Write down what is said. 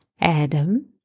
Adam